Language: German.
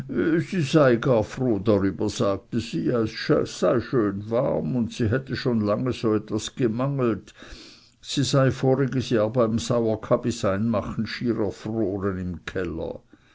froh darüber sagte sie es sei schön warm und sie hätte schon lange so etwas gemangelt sie sei voriges jahr beim sauerkabiseinmachen schier erfroren im keller